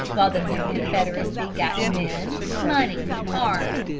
while the new confederacy got men, money, arms,